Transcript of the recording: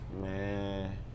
Man